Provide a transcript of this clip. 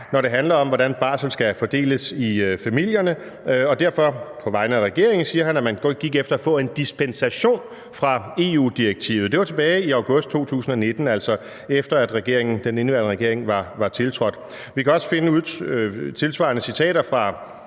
når det handler om, hvordan barsel skal fordeles i familierne, og derfor sagde han på vegne af regeringen, at man gik efter at få en dispensation fra EU-direktivet. Det var tilbage i august 2019, altså efter at den nuværende regering var tiltrådt. Vi kan også finde tilsvarende citater fra